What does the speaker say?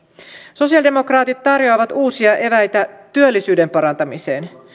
sosialidemokraatit tarjoavat uusia eväitä työllisyyden parantamiseen